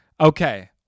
Okay